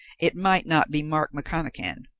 it might not be mark mcconachan.